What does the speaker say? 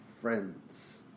Friends